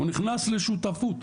הוא נכנס לשותפות,